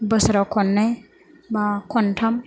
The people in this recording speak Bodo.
बोसोराव खननै बा खनथाम